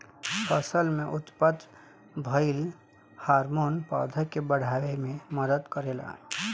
फसल में उत्पन्न भइल हार्मोन पौधा के बाढ़ावे में मदद करेला